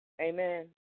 Amen